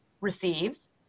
receives